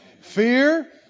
Fear